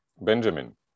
Benjamin